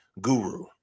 guru